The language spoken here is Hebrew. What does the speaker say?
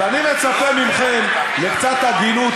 אבל אני מצפה מכם לקצת הגינות,